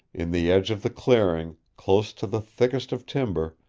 in the edge of the clearing, close to the thicket of timber,